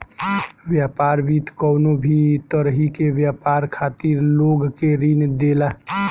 व्यापार वित्त कवनो भी तरही के व्यापार खातिर लोग के ऋण देला